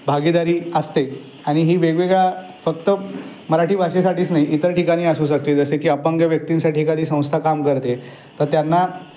भागीदारी असते आणि ही वेगवेगळ्या फक्त मराठी भाषेसाठीच नाही इतर ठिकाणी असू शकते जसे की आपण ज्या व्यक्तींसाठी एखादी संस्था काम करते तर त्यांना